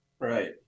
right